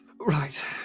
Right